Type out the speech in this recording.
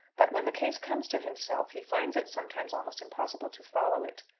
but when the case comes to himself he finds it sometimes almost impossible to follow it.